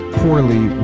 poorly